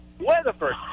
Weatherford